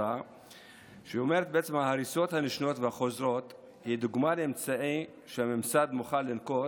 שאומרת שההריסות הנשנות והחוזרות הן דוגמה לאמצעים שהממסד מוכן לנקוט